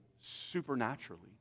supernaturally